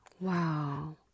wow